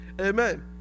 Amen